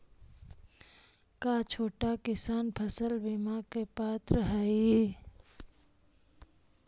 का छोटा किसान फसल बीमा के पात्र हई?